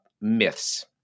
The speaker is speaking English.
myths